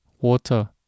water